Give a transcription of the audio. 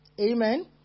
Amen